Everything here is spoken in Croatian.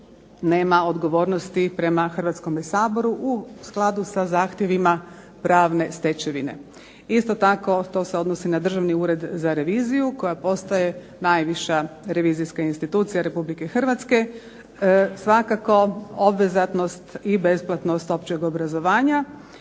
nema odgovornosti prema Hrvatskome saboru u skladu sa zahtjevima pravne stečevine. Isto tako to se odnosi na Državni ured za reviziju koja postaje najviša revizijska institucija Republike Hrvatske. Svakako obvezatnost i besplatnost općeg obrazovanja.